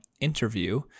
interview